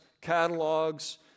Catalogs